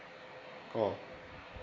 oh